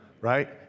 right